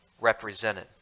represented